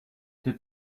did